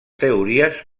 teories